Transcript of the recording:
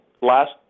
last